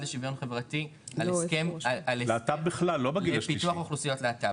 לשוויון חברתי על הסכם לפיתוח אוכלוסיות להט"ב.